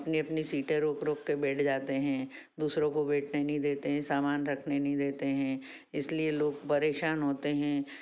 अपनी अपनी सीटें रोक रोक के बैठ जाते हैं दूसरों को बैठने नहीं देते हैं सामान रखने नहीं देते हैं इसलिए लोग परेशान होते हैं